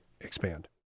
expand